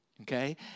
okay